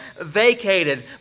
vacated